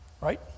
Right